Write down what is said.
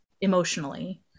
emotionally